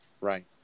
Right